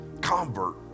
convert